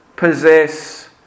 possess